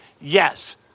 Yes